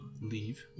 leave